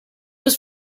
was